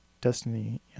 Destiny